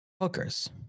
Hookers